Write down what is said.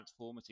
transformative